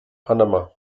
panama